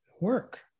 work